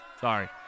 sorry